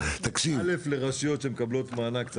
לרשויות שמקבלות מענק,